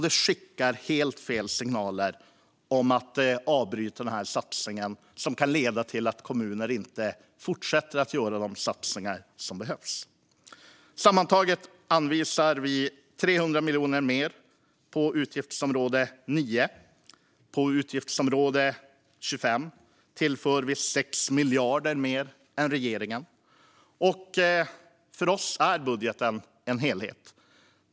Det skickar helt fel signaler att avbryta den här satsningen, och det kan leda till att kommuner inte fortsätter att göra de satsningar som behövs. Sammantaget anvisar vi 300 miljoner mer på utgiftsområde 9. På utgiftsområde 25 tillför vi 6 miljarder mer än regeringen. För oss är budgeten en helhet.